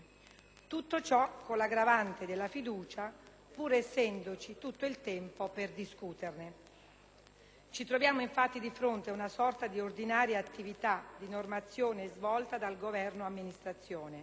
Tutto ciò con l'aggravante della fiducia, pur essendoci tutto il tempo per discuterne. Ci troviamo infatti di fronte ad una sorta di ordinaria attività di normazione svolta dal Governo amministrazione.